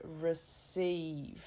receive